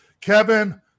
Kevin